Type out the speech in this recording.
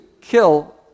kill